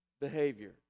behavior